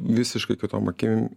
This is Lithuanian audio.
visiškai kitom akim